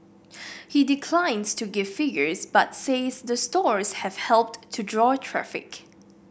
he declines to give figures but says the stores have helped to draw traffic